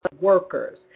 workers